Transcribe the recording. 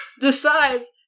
decides